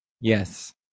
Yes